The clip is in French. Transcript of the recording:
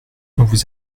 vous